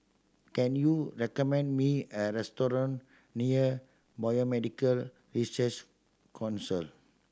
can you recommend me a restaurant near Biomedical Research Council